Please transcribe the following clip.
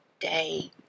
day